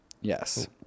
Yes